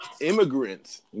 immigrants